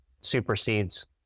supersedes